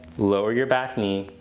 lower your back knee.